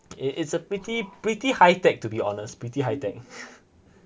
it it's a pretty pretty high tech to be honest pretty high tech